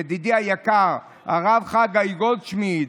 ידידי היקר הרב חגי גולדשמידט,